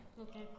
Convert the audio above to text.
Okay